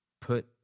put